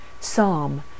Psalm